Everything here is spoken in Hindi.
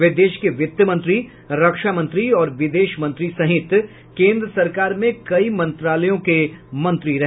वे देश के वित्त मंत्री रक्षा मंत्री और विदेश मंत्री सहित केन्द्र सरकार में कई मंत्रालयों के मंत्री रहे